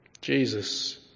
Jesus